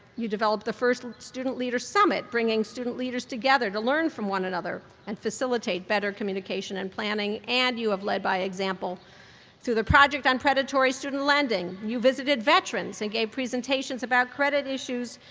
you developed the first student leader summit, bringing student leaders together to learn from one another and facilitate better communication and planning, and you have led by example through the project on predatory student lending. you visited veterans and gave presentations about credit issues,